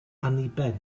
anniben